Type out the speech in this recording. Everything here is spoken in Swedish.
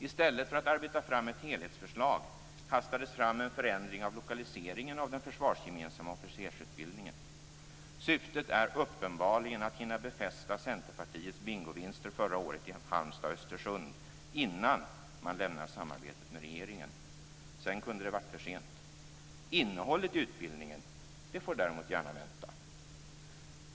I stället för att arbeta fram ett helhetsförslag hastades fram en förändring av lokaliseringen av den försvarsgemensamma officersutbildningen. Syftet är uppenbarligen att hinna befästa Centerpartiets bingovinster förra året i Halmstad och Östersund innan man lämnar samarbetet med regeringen. Sedan kunde det varit för sent. Innehållet i utbildningen får däremot gärna vänta.